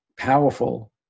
powerful